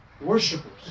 Worshippers